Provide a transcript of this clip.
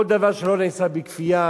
כל דבר שלא נעשה בכפייה,